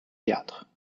théâtre